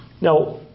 Now